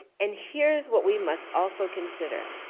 and here's what we must also consider.